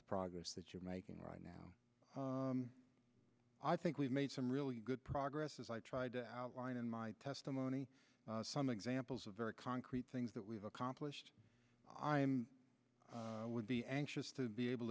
the progress that you're making right now i think we've made some really good progress as i tried to outline in my testimony some examples of very concrete things that we've accomplished i am would be anxious to be able